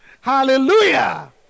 Hallelujah